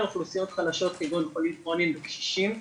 לאוכלוסיות חלשות כגון חולים כרוניים וקשישים.